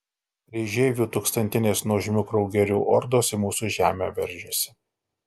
kryžeivių tūkstantinės nuožmių kraugerių ordos į mūsų žemę veržiasi